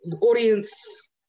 audience